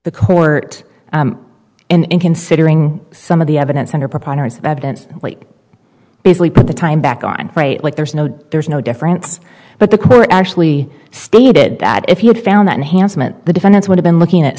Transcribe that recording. the court in considering some of the evidence under preponderance of evidence late basically put the time back on like there's no there's no difference but the court actually stated that if he had found that handsome and the defendants would have been looking at